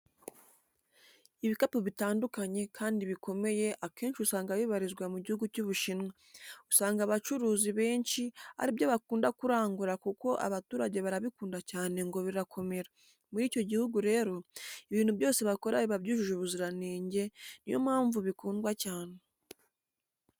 Ibikapu bitandukanye kandi bikomenye akenshi usanga bibarizwa mu gihugu cy'Ubushinwa, usanga abacuruzi benshi ari byo bakunda kurangura kuko abaturage barabikunda cyane ngo birakomera, muri icyo gihugu rero ibintu byose bakora biba byujuje ubuziranenge ni yo mpamvu bikundwa cyane.